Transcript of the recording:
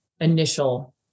initial